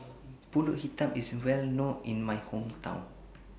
Pulut Hitam IS Well known in My Hometown